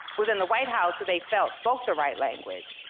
was in the white house who they felt spoke the right language,